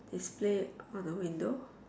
display on a window